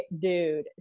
dude